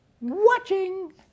watching